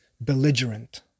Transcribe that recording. belligerent